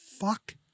fuck